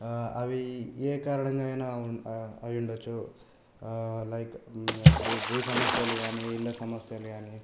అవి ఏ కారణంగా అయినా అయ్యుండచ్చు లైక్ ఇప్పుడు భూ సమస్యలు గానీ ఇళ్ల సమస్యలు గానీ